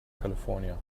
california